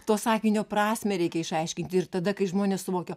to sakinio prasmę reikia išaiškinti ir tada kai žmonės suvokia